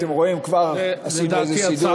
הנה, אתם רואים, כבר עשית איזה סידור.